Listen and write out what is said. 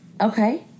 Okay